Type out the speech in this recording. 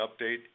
update